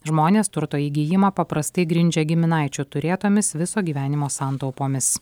žmonės turto įgijimą paprastai grindžia giminaičių turėtomis viso gyvenimo santaupomis